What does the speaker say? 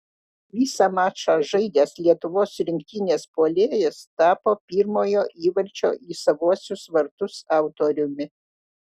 visą mačą žaidęs lietuvos rinktinės puolėjas tapo pirmojo įvarčio į savuosius vartus autoriumi